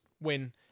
win